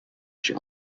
she